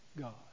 God